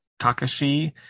Takashi